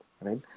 right